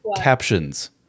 Captions